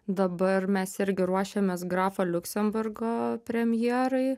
dabar mes irgi ruošiamės grafo liuksemburgo premjerai